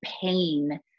pain